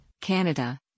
Canada